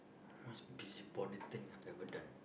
most busybody thing I've ever done